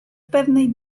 pewnej